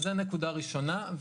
זו נקודה ראשונה.